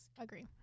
agree